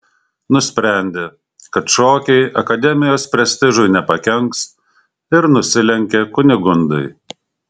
nusprendė kad šokiai akademijos prestižui nepakenks ir nusilenkė kunigundai